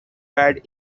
bad